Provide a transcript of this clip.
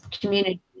community